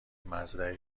مزرعه